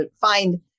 find